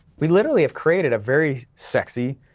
we literally have created a very sexy,